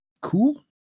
cool